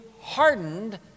hardened